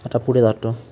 आता पुढे जातो